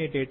शीतलन के लिए है